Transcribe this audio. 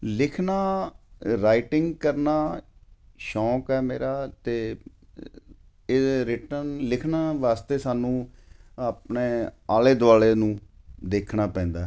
ਲਿਖਣਾ ਰਾਈਟਿੰਗ ਕਰਨਾ ਸ਼ੌਕ ਹੈ ਮੇਰਾ ਅਤੇ ਇਹਦੇ ਰਿਟਨ ਲਿਖਣ ਵਾਸਤੇ ਸਾਨੂੰ ਆਪਣੇ ਆਲੇ ਦੁਆਲੇ ਨੂੰ ਦੇਖਣਾ ਪੈਂਦਾ